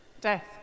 Death